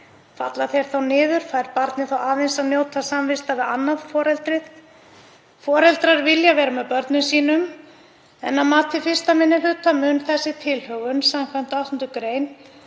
Falla þeir þá niður? Fær barnið þá aðeins að njóta samvista við annað foreldrið? Foreldrar vilja vera með börnum sínum en að mati 1. minni hluta mun tilhögunin samkvæmt 8. gr.